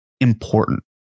important